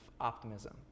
optimism